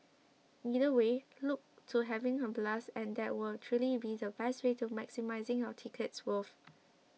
either way look to having a blast and that will truly be the best way to maximising your ticket's worth